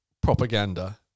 propaganda